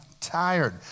tired